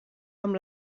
amb